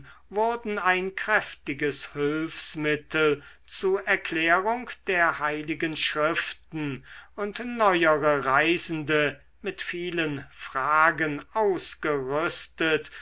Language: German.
wurden ein kräftiges hülfsmittel zu erklärung der heiligen schriften und neuere reisende mit vielen fragen ausgerüstet